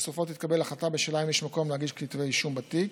ובסופו תתקבל החלטה בשאלה אם יש מקום להגיש כתבי אישום בתיק.